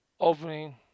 opening